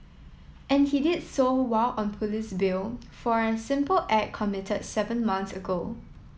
and he did so while on police bail for a simple act committed seven months ago